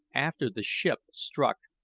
after the ship struck,